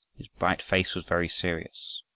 his bright face was very serious.